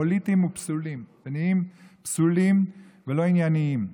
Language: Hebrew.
פוליטיים ופסולים, מניעים פסולים ולא ענייניים.